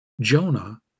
Jonah